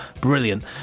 Brilliant